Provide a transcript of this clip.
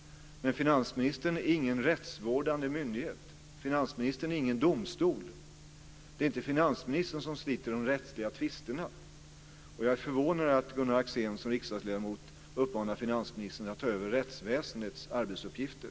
Men finansministern är ingen rättsvårdande myndighet. Finansministern är ingen domstol. Det är inte finansministern som sliter de rättsliga tvisterna. Jag är förvånad över att Gunnar Axén som riksdagsledamot uppmanar finansministern att ta över rättsväsendets arbetsuppgifter.